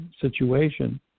situation